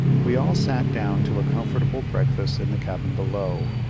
we all sat down to a comfortable breakfast in the cabin below,